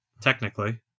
technically